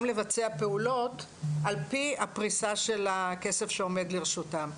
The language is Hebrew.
לבצע פעולות על פי הפריסה של הכסף שעומד לרשותם.